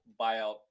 buyout